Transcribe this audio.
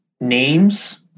names